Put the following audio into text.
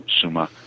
Suma